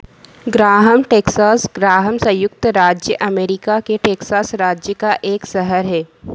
Graham Texas Graham संयुक्त राज्य America के टेक्सास राज्य का एक शहर है